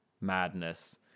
madness